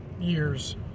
years